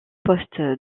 poste